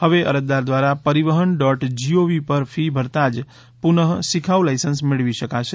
હવે અરજદાર દ્વારા પરિવહન ડોટ જીઓવી પર ફી ભરતાજ પુનઃશીખાઉ લાયસન્સ મેળવી શકાશે